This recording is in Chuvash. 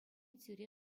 тӳре